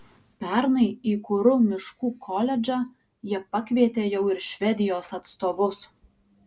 pernai į kuru miškų koledžą jie pakvietė jau ir švedijos atstovus